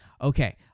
Okay